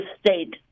state